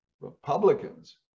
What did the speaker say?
Republicans